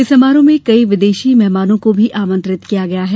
इस समारोह में कई विदेशी मेहमानों को भी आमंत्रित किया गया है